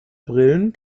brillen